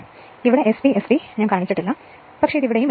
അതിനാൽ ഇവിടെ SPST ഞാൻ കാണിച്ചിട്ടില്ല പക്ഷേ അത് ഇവിടെയും ഇടാം